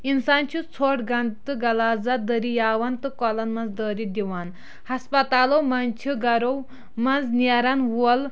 اِنسان چھُ ژھۄٹھ گَندٕ تہٕ غَلازت دٔریاون تہ کۄلن منٛز دٲرِتھ دِوان ہَسپَتالو منٛز چھ گَرو منٛز نیرن وول